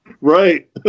Right